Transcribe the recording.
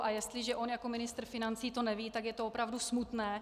A jestliže on jako ministr financí to neví, tak je to opravdu smutné.